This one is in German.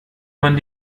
man